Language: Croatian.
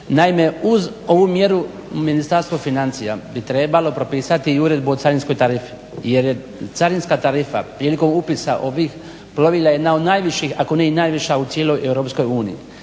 Naime, uz ovu mjeru Ministarstvo financija bi trebalo propisati i Uredbu o carinskoj tarifi, jer je carinska tarifa prilikom upisa ovih plovila jedna od najviših, ako ne i najviša u cijeloj EU